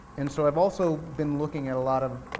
and so i've also been looking at a lot of,